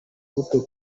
buto